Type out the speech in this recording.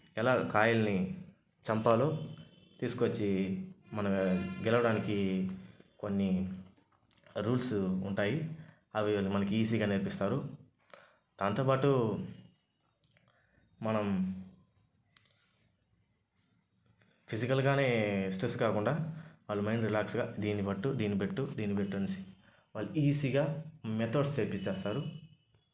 ఎలా కాయల్ని చంపాలో తీసుకొచ్చి మనం గెలవడానికి కొన్ని రూల్స్ ఉంటాయి అవి మనకి ఈజీగా నేర్పిస్తారు దాంతోపాటు మనం ఫిజికల్గానే స్ట్రెస్ కాకుండా వాళ్ల మైండ్ రిలాక్స్గా దీని పెట్టు దీని పెట్టు దీని పెట్టు అనేసి ఈజీగా మెథడ్స్ చెప్పిచ్చేస్తారు